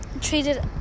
treated